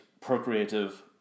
procreative